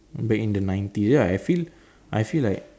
back in the ninety ya I feel I feel like